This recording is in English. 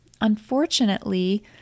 Unfortunately